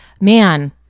man